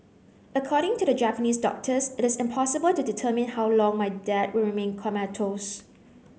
according to the Japanese doctors it is impossible to determine how long my dad will remain comatose